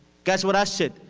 guess what i said?